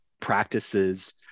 practices